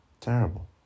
terrible